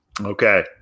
Okay